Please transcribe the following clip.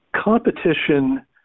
competition